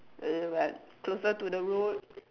uh but closer to the road